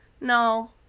no